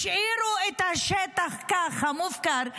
השאירו את השטח ככה מופקר,